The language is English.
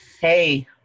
Hey